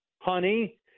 honey